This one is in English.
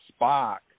Spock